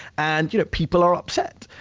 and you know people are upset.